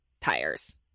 tires